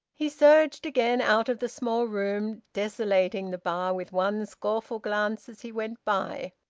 he surged again out of the small room, desolating the bar with one scornful glance as he went by.